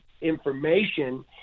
information